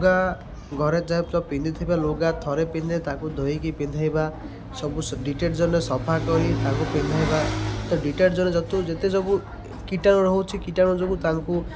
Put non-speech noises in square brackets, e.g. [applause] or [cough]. ଲୁଗା ଘରେ ଯାହା [unintelligible] ପିନ୍ଧିଥିବା ଲୁଗା ଥରେ ପିନ୍ଧେ ତାକୁ ଧୋଇକି ପିନ୍ଧେଇବା ସବୁ [unintelligible] ଡିଟର୍ଜେଣ୍ଟ୍ରେ ସଫା କରି ତାକୁ ପିନ୍ଧେଇବା ତ ଡିଟର୍ଜେଣ୍ଟ୍ [unintelligible] ଯେତେ ସବୁ କୀଟାଣୁ ରହୁଛି କୀଟାଣୁ ଯୋଗୁଁ ତାଙ୍କୁ